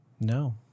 No